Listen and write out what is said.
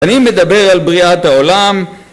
אני מדבר על בריאת העולם